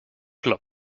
club